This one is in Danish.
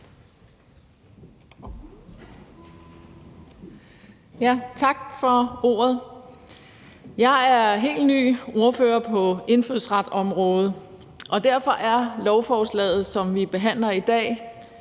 Tak for ordet. Jeg er helt ny ordfører på indfødsretsområdet, og derfor er lovforslaget, som vi behandler i dag,